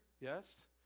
yes